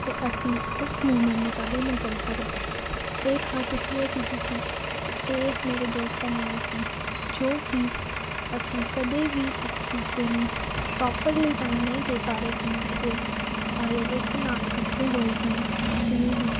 ਅਤੇ ਅਸੀਂ ਉਸ ਮੂਮੈਂਟ ਨੂੰ ਕਦੇ ਨਹੀਂ ਭੁੱਲ ਸਕਦੇ ਇਹ ਖ਼ਾਸ ਇਸ ਲਈ ਸੀ ਕਿਉਂਕਿ ਇਹ ਮੇਰੇ ਦੋਸਤਾਂ ਨਾਲ ਸੀ ਜੋ ਕਿ ਅਸੀਂ ਕਦੇ ਵੀ ਇੱਕ ਦੂਸਰੇ ਨੂੰ ਪ੍ਰੋਪਰਲੀ ਟਾਈਮ ਨਹੀਂ ਦੇ ਪਾ ਰਹੇ ਸਨ ਅਤੇ ਇਹ ਸਾਰੇ ਇੱਕ ਨਾਲ ਇਕੱਠੇ ਹੋਏ ਸਨ ਜਿਵੇਂ ਕਿ